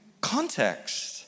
context